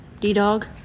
D-Dog